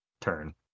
turn